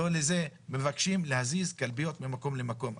מבקשים להזיז קלפיות ממקום למקום.